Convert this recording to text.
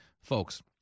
Folks